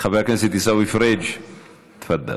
חבר הכנסת עיסאווי פריג', תפדל.